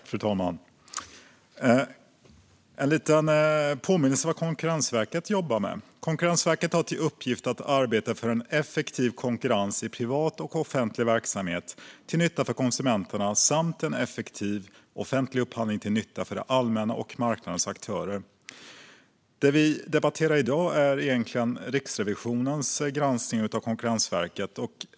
Fru talman! Låt mig ge en liten påminnelse om vad Konkurrensverket jobbar med. Konkurrensverket har till uppgift att arbeta för en effektiv konkurrens i privat och offentlig verksamhet till nytta för konsumenterna samt en effektiv offentlig upphandling till nytta för det allmänna och marknadens aktörer. Det vi debatterar i dag är Riksrevisionens granskning av Konkurrensverket.